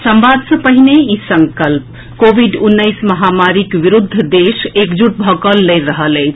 mask संवाद सँ पहिने ई संकल्प कोविड उन्नैस महामारीक विरूद्ध देश एकजुट भऽ कऽ लड़ि रहल अछि